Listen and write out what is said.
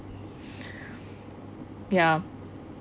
ya